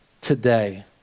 today